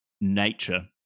nature